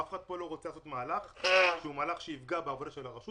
אף אחד כאן לא רוצה לעשות בתוך התהליך מהלך שיפגע בעבודה של הרשות